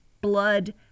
blood